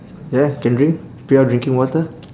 yeah can drink pure drinking water